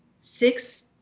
Six